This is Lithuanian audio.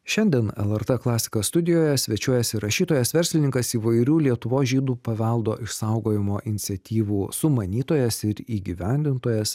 šiandien lrt klasika studijoje svečiuojasi rašytojas verslininkas įvairių lietuvos žydų paveldo išsaugojimo iniciatyvų sumanytojas ir įgyvendintojas